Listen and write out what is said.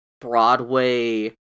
Broadway